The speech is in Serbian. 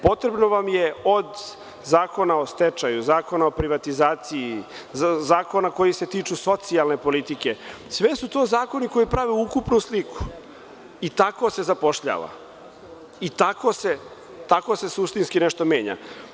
Potrebno vam je od Zakona o stečaju, Zakona o privatizaciji, zakona koji se tiču socijalne politike sve su to zakoni koji prave ukupnu sliku i tako se zapošljava, tako se suštinski nešto menja.